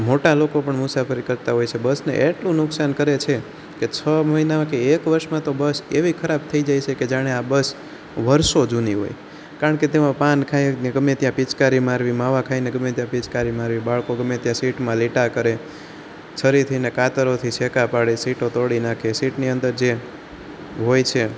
મોટા લોકો પણ મુસાફરી કરતાં હોય છે બસ ને એટલું નુકસાન કરે છે કે છ મહિના કે એક વર્ષમાં તો બસ એવી ખરાબ થઈ જાય છે કે જાણે આ બસ વર્ષો જૂની હોય કારણકે તેમાં પાન ખાઈને ગમે ત્યાં પિચકારી મારવી માવા ખાઈને ગમે ત્યાં પિચકારી મારવી બાળકો ગમે ત્યાં સીટમાં લીટા કરે છરીથી ને કાતરોથી ચેકા પાડે સીટો તોડી નાખે સીટની અંદર જે હોય છે